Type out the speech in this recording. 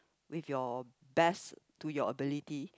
with your best to your ability